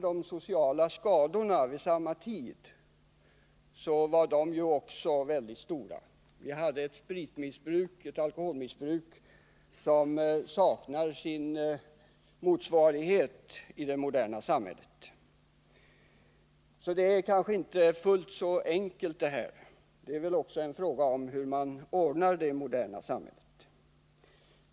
De sociala skadorna var emellertid väldigt stora. Alkoholmissbruket saknar sin motsvarighet i det moderna samhället. Detta är kanske inte fullt så enkelt, som socialministern försöker göra det till. Det är också en fråga om hur man ordnar det i det moderna samhället.